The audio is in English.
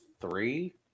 three